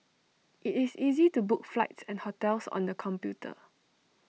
IT is easy to book flights and hotels on the computer